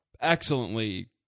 excellently